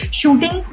shooting